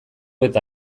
eta